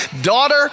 daughter